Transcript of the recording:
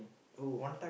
who